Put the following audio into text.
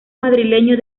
madrileño